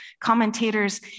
commentators